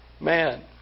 man